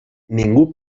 ningú